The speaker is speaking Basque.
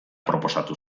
proposatu